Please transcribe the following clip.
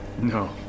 No